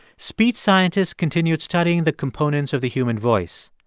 speech scientists continued studying the components of the human voice.